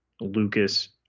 Lucas